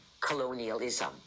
colonialism